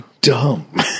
dumb